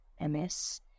MS